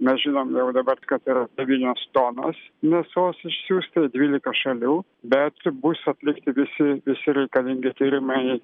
mes žinom jau dabar kad ir devynios tonos mėsos išsiųsta į dvylika šalių bet bus atlikti visi visi reikalingi tyrimai